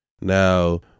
now